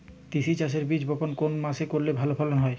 তিসি চাষের বীজ বপন কোন মাসে করলে ভালো ফলন হবে?